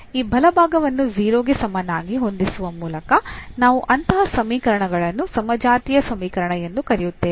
ಈ ಬಲಭಾಗವನ್ನು 0 ಗೆ ಸಮನಾಗಿ ಹೊಂದಿಸುವ ಮೂಲಕ ನಾವು ಅಂತಹ ಸಮೀಕರಣಗಳನ್ನು ಸಮಜಾತೀಯ ಸಮೀಕರಣ ಎಂದು ಕರೆಯುತ್ತೇವೆ